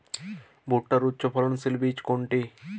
ভূট্টার উচ্চফলনশীল বীজ কোনটি?